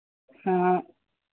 हाँ